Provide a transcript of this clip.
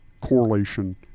correlation